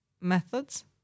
methods